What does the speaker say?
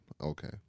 Okay